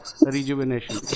rejuvenation